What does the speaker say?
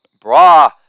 bra